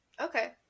Okay